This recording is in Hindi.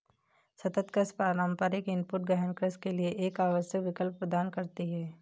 सतत कृषि पारंपरिक इनपुट गहन कृषि के लिए एक आवश्यक विकल्प प्रदान करती है